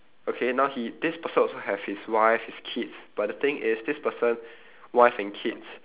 okay now he this person also has his wife his kids but the thing is this person wife and kids